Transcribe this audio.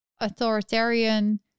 Authoritarian